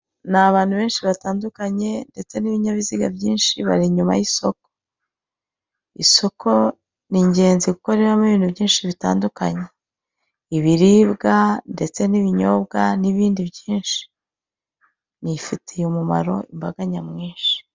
Ni abantu benshi batandukanye ndetse n'ibinyabiziga byinshi bari inyuma y'isoko, isoko ni igenzi kuko ribamo ibintu byinshi bitandukanye, ibiribwa ndetse n'ibinyobwa n'ibindi byinshi rifitiye umumaro imbaga nyamwinshi